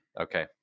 Okay